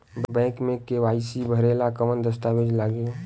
Bank मे KYC भरेला कवन दस्ता वेज लागी?